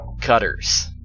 Cutters